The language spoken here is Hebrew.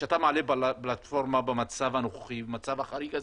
שאתה מעלה פלטפורמה במצב הנוכחי, במצב החריג הזה,